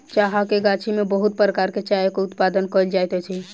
चाहक गाछी में बहुत प्रकारक चायक उत्पादन कयल जाइत अछि